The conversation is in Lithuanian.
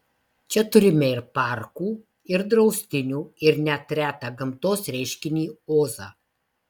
čia turime ir parkų ir draustinių ir net retą gamtos reiškinį ozą